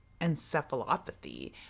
encephalopathy